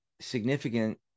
significant